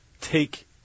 take